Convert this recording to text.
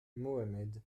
mohamed